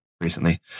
recently